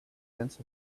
tenth